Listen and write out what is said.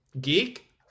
Geek